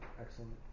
Excellent